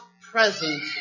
present